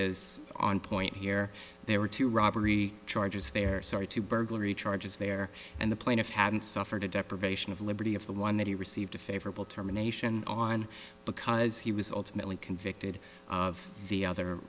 is on point here there were two robbery charges there sorry to burglary charges there and the plaintiff hadn't suffered a deprivation of liberty of the one that he received a favorable terminations on because he was ultimately convicted of the other